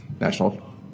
national